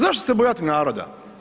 Zašto se bojati naroda?